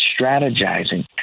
strategizing